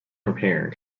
repaired